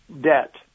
debt